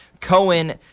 Cohen